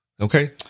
Okay